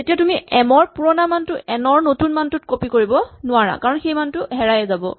তেতিয়া তুমি এম ৰ পুৰণা মানটো এন ৰ নতুন মানটোত কপি কৰিব নোৱাৰা কাৰণ সেইটো মান হেৰায়ে যাব